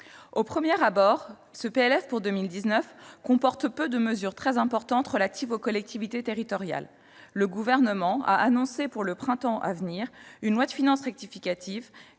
de loi de finances pour 2019 comporte peu de mesures très importantes relatives aux collectivités territoriales. Le Gouvernement a annoncé pour le printemps 2019 une loi de finances rectificative